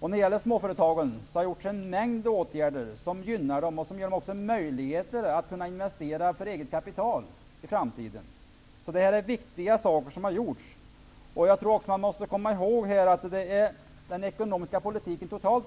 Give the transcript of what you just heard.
Det har vidtagits en mängd åtgärder som gynnar småföretagen och också ger dem möjligheter att i framtiden investera för eget kapital. Det är viktiga saker som har gjorts. Jag tror att man måste tänka på den ekonomiska politiken totalt.